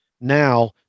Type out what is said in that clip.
now